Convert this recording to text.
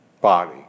body